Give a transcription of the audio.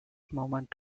moment